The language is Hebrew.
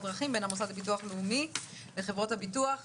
בוקר